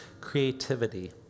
creativity